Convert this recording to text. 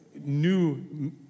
new